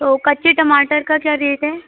तो कच्चे टमाटर का क्या रेट है